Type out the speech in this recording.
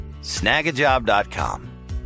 Snagajob.com